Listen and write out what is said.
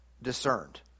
discerned